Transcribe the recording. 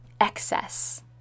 excess